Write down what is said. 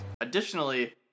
Additionally